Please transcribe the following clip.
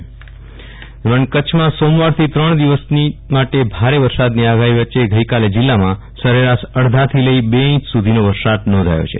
વિરલ રાણા કચ્છ વરસાદ કચ્છમાં સોમવાર થી ત્રણ દિવસ માટે ભારે વરસાદની આગાહી વચ્ચે ગઈકાલે જિલામાં સરેરાશ અડધાથી લઈને બે ઇંચ સુધીનો વરસાદ નોંધાયો છે